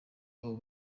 abo